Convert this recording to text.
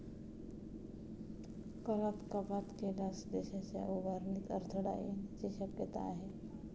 करात कपात केल्यास देशाच्या उभारणीत अडथळा येण्याची शक्यता आहे